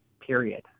period